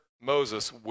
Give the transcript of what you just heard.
Moses